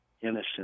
innocent